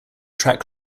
track